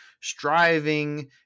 striving